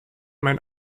mein